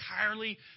entirely